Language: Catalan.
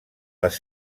les